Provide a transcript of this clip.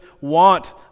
want